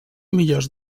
millors